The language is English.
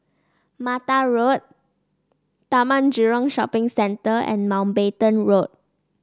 Mata Road Taman Jurong Shopping Centre and Mountbatten Road